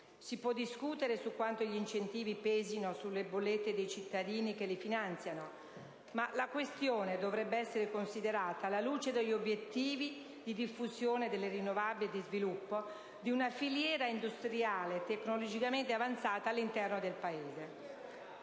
Si può discutere su quanto gli incentivi pesino sulle bollette dei cittadini che li finanziano, ma la questione dovrebbe essere considerata alla luce degli obiettivi di diffusione delle rinnovabili e di sviluppo di una filiera industriale tecnologicamente avanzata all'interno del Paese.